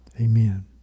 Amen